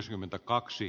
kannatan ed